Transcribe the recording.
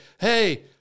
Hey